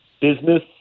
business